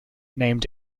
named